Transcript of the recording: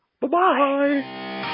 Bye-bye